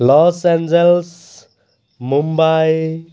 loss Angeles Mumbai